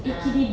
ah